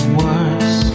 worse